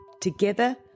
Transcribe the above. Together